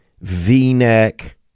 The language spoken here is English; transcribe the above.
v-neck